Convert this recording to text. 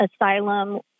asylum